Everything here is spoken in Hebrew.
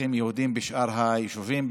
אזרחים יהודים בשאר היישובים,